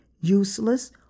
useless